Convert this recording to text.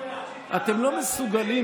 אתם לא מסוגלים?